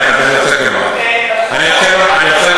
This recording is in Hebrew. אני אומר לך,